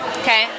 okay